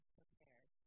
prepared